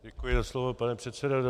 Děkuji za slovo, pane předsedo.